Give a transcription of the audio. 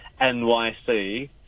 N-Y-C